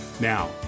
Now